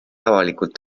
avalikult